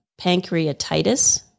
pancreatitis